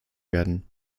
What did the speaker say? werden